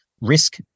risk